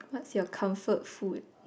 what's your comfort food